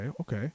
okay